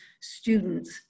students